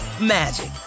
magic